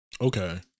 Okay